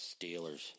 Steelers